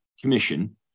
commission